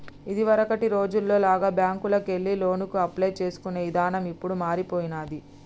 ఇదివరకటి రోజుల్లో లాగా బ్యేంకుకెళ్లి లోనుకి అప్లై చేసుకునే ఇదానం ఇప్పుడు మారిపొయ్యినాది